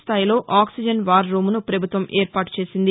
స్థాయిలో oxygen war రూమ్ను పభుత్వం ఏర్పాటు చేసింది